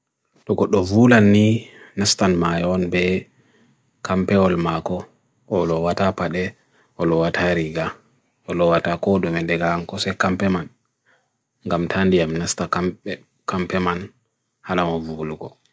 Tukot dovvul anni nastaan mayon be kampeol mako olo watapade, olo watari gha, olo watakodume dega anko se kampeman, gamthandiam nasta kampeman halam ovulu ko.